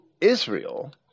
Israel